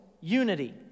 unity